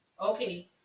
Okay